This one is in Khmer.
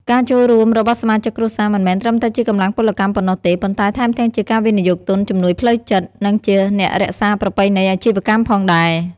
ការចូលរួមរបស់សមាជិកគ្រួសារមិនមែនត្រឹមតែជាកម្លាំងពលកម្មប៉ុណ្ណោះទេ ប៉ុន្តែថែមទាំងជាការវិនិយោគទុន ជំនួយផ្លូវចិត្ត និងជាអ្នករក្សាប្រពៃណីអាជីវកម្មផងដែរ។